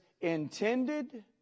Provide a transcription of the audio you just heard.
intended